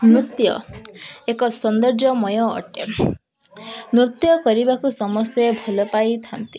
ନୃତ୍ୟ ଏକ ସୌନ୍ଦର୍ଯ୍ୟମୟ ଅଟେ ନୃତ୍ୟ କରିବାକୁ ସମସ୍ତେ ଭଲ ପାଇଥାନ୍ତି